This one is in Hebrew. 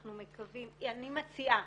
אני מציעה